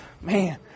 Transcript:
man